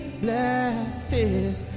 blesses